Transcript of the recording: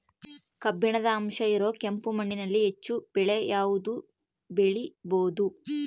ಕಬ್ಬಿಣದ ಅಂಶ ಇರೋ ಕೆಂಪು ಮಣ್ಣಿನಲ್ಲಿ ಹೆಚ್ಚು ಬೆಳೆ ಯಾವುದು ಬೆಳಿಬೋದು?